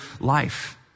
life